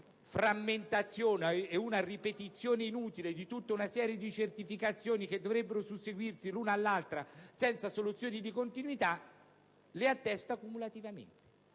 la frammentazione e la ripetizione inutile di una serie di certificazioni che dovrebbero susseguirsi l'una all'altra senza soluzione di continuità, le attesta cumulativamente.